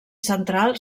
central